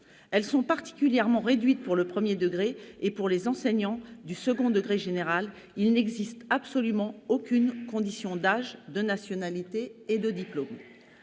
Elles sont particulièrement réduites pour le premier degré et, pour les enseignants du second degré général, il n'existe absolument aucune condition d'âge, de nationalité et de diplôme.